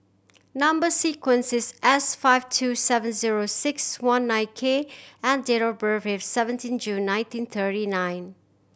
number sequence is S five two seven zero six one nine K and date of birth is seventeen June nineteen thity nine